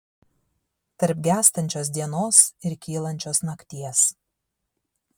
tarp gęstančios dienos ir kylančios nakties